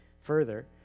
further